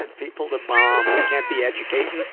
and people to bomb we cant be educating.